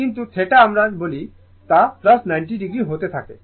কিন্তু θ আমরা যাকে বলি তা 90o হতে থাকে